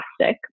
fantastic